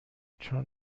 چون